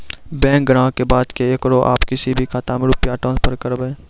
Bank ग्राहक के बात की येकरा आप किसी भी खाता मे रुपिया ट्रांसफर करबऽ?